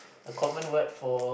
a common word for